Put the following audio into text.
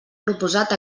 proposat